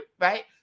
right